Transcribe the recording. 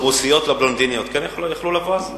רוסיות לא בלונדיניות כן יכלו לבוא אז?